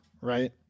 right